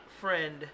friend